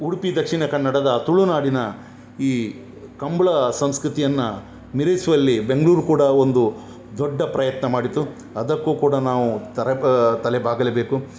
ಉಡುಪಿ ದಕ್ಷಿಣ ಕನ್ನಡದ ತುಳುನಾಡಿನ ಈ ಕಂಬಳ ಸಂಸ್ಕೃತಿಯನ್ನು ಮೀರಿಸುವಲ್ಲಿ ಬೆಂಗ್ಳೂರು ಕೂಡ ಒಂದು ದೊಡ್ಡ ಪ್ರಯತ್ನ ಮಾಡಿತು ಅದಕ್ಕೂ ಕೂಡ ನಾವು ತರೆ ಬ ತಲೆ ಬಾಗಲೇಬೇಕು